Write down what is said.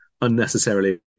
unnecessarily